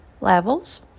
Levels